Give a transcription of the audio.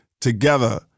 together